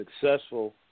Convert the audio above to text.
successful